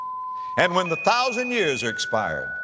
and when the thousand years are expired,